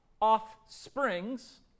offsprings